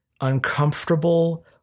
uncomfortable